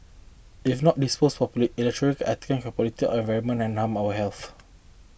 if not disposed properly electronic items can pollute our environment and harm our health